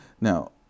Now